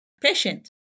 patient